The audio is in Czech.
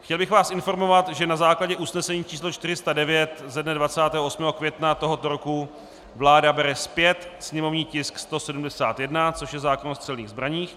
Chtěl bych vás informovat, že na základě usnesení č. 409 ze dne 28. května tohoto roku vláda bere zpět sněmovní tisk 171, což je zákon o střelných zbraních.